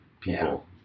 people